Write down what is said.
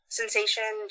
sensation